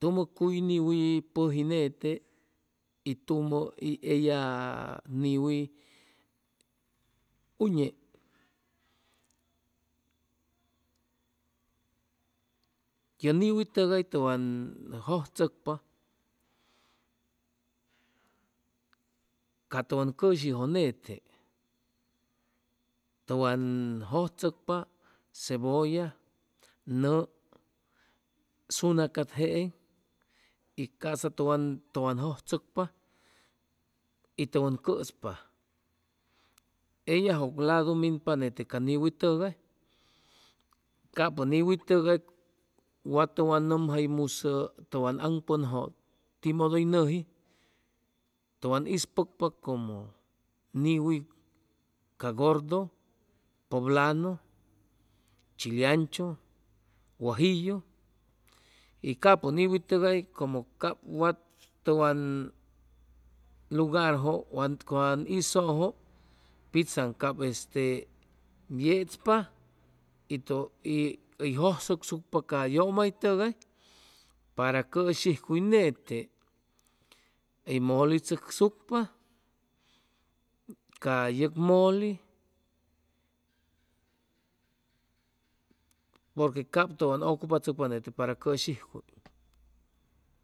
tumʉ cuy niwi pʉji nete y tumʉ y ellab niwi uñe, ye niwi tʉgay tʉwan jʉjchʉcpa ca tʉwan cʉshijʉ nete tʉwan jʉjchʉcpa cebolla. nʉʉ, sunaca jeeŋ y ca'sa tʉwan tʉwan jʉjchʉcpa y tʉwan cʉspa ellajʉg ladu minpa nete minpa ca niwi tʉgay capʉ niwi tʉgay wa tʉwan nʉmjaymusʉ tʉwan aŋpʉnjʉ timodo hʉy nʉji tʉwan ispʉcpa como niwi ca gordo, poblano, chileancho, wajillo y capʉ niwi tʉgay como cap wat tʉwan lugarjʉ hizʉjʉ pitzaŋ cap este yechpa y jʉsʉsucpa ca yʉmaytʉgay para cʉshijcuy nete, hʉy mole tzʉcsucpa ca yʉg moli porque cap tʉn ʉcupachʉcpa nete para cʉshijcuy